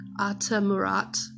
Atamurat